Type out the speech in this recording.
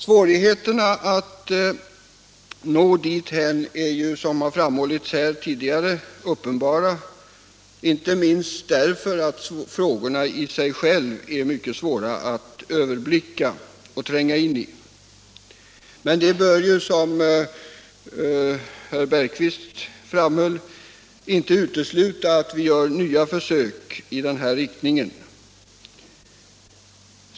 Svårigheterna att nå dithän är dock, som har framhållits här tidigare, uppenbara, inte minst med hänsyn till att frågorna är mycket svåra att överblicka och tränga in i. Men detta bör, som herr Jan Bergqvist i Göteborg framhöll, inte utesluta att nya försök i denna riktning görs.